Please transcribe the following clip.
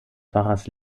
pfarrers